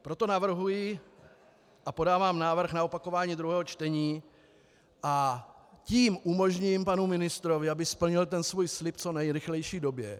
Proto navrhuji a podávám návrh na opakování druhého čtení, a tím umožním panu ministrovi, aby splnil ten svůj slib v co nejrychlejší době.